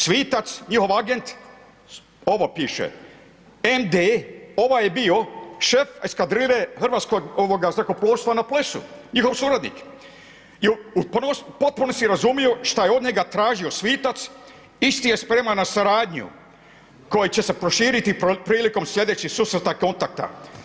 Svitac, njihov agent, ovo piše, ND, ovaj je bio šef eskadrile hrvatskog zrakoplovstva na Plesu, njihov suradnik je u potpunosti razumio šta je od njega tražio Svitac, isti je spreman na suradnju koja će se proširiti prilikom slijedećeg susreta kontakta.